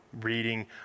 reading